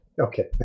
Okay